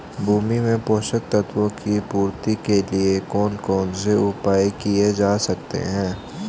भूमि में पोषक तत्वों की पूर्ति के लिए कौन कौन से उपाय किए जा सकते हैं?